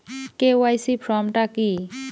KYC form টা কি?